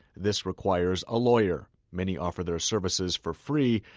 this requires a lawyer. many offer their services for free,